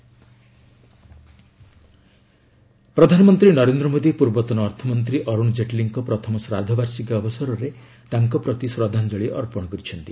PM tribute Jaitley ପ୍ରଧାନମନ୍ତ୍ରୀ ନରେନ୍ଦ୍ର ମୋଦି ପୂର୍ବତନ ଅର୍ଥମନ୍ତ୍ରୀ ଅରୁଣ ଜେଟ୍ଲୀଙ୍କ ପ୍ରଥମ ଶ୍ରାଦ୍ଧବାର୍ଷିକୀ ଅବସରରେ ତାଙ୍କପ୍ରତି ଶ୍ରଦ୍ଧାଞ୍ଚଳି ଅର୍ପଶ କରିଛନ୍ତି